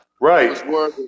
Right